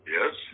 Yes